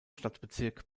stadtbezirk